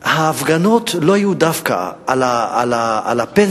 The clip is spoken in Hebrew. ההפגנות לא היו דווקא על הפנסיה,